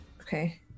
Okay